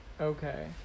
Okay